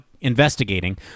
investigating